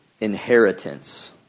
inheritance